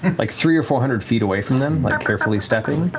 and like, three or four hundred feet away from them, like carefully stepping,